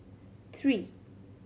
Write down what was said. three